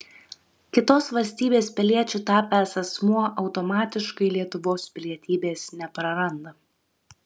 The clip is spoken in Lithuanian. kitos valstybės piliečiu tapęs asmuo automatiškai lietuvos pilietybės nepraranda